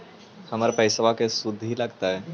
हमर पैसाबा के शुद्ध लगतै?